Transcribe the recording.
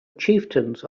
chieftains